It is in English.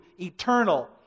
eternal